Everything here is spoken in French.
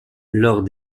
lors